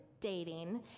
dating